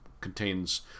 contains